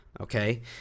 okay